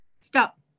Stop